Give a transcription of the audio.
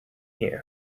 here